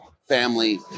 family